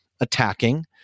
attacking